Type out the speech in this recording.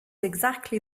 exactly